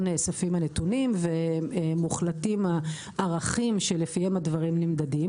נאספים הנתונים ומוחלטים הערכים שלפיהם הדברים נמדדים.